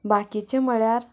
बाकीचें म्हळ्यार